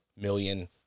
million